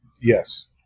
Yes